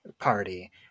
party